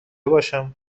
باشم